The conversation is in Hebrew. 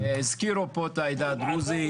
הזכירו פה את העדה הדרוזית,